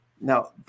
now